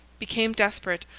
became desperate,